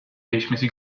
değişmesi